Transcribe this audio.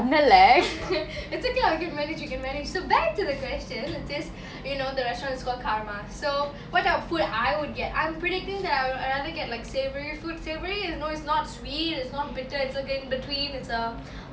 it's okay I can manage we can manage so back to the question it says you know the restaurant is called karma so what type of food I would get I'm predicting that I'm will rather get like savoury food savoury you know it's not sweet it's not bitter it's like in between it's a